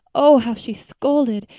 oh, how she scolded.